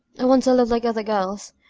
i want to live like other girls.